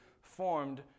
formed